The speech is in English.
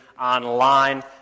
online